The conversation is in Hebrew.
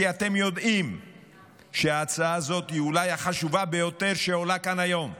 כי אתם יודעים שההצעה הזאת היא אולי החשובה ביותר שעולה כאן היום,